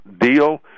deal